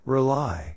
Rely